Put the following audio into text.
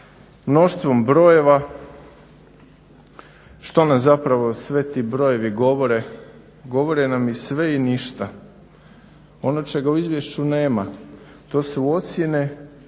mnoštvom brojeva. Što nam zapravo sve ti brojevi govore? Govore nam i sve i ništa. Ono čega u izvješću nema to su ocjene,